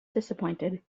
disappointed